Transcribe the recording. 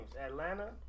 Atlanta